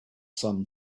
some